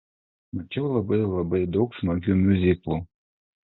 mačiau labai labai daug smagių miuziklų